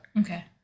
Okay